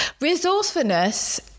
Resourcefulness